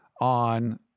on